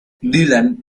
dylan